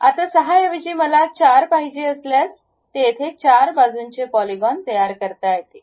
आता 6 ऐवजी मला 4 पाहिजे असल्यास ते येथे चार बाजूंचे पॉलीगोन तयार करता येते